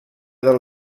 del